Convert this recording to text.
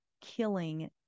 killing